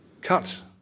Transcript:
cut